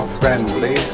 friendly